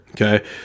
okay